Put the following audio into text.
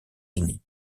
unis